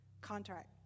contract